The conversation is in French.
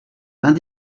vingt